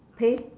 pay